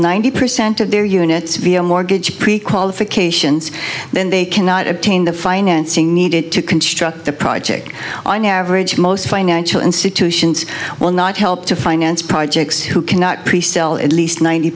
ninety percent of their units via mortgage pretty qualifications then they cannot obtain the financing needed to construct the project on average most financial institutions will not help to finance projects who cannot pre sell at least ninety